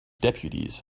deputies